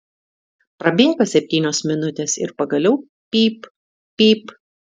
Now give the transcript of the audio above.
prabėga septynios minutės ir pagaliau pyp pyp